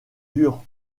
dur